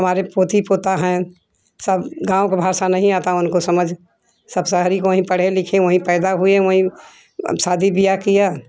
हमारे पोती पोता हैं सब गाँव का भाषा नहीं आता उनकों समझ सब शहरी को ही पढ़े लिखें हैं वही पैदा हुए वही और शादी ब्याह किया